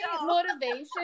motivation